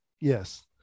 Yes